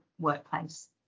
workplace